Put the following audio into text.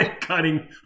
cutting